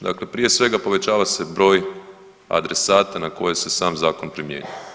Dakle, prije svega povećava se broj adresata na koje se sam zakon primjenjuje.